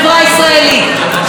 של ערבים ויהודים,